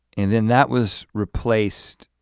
and then that was replaced